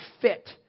fit